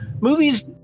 movies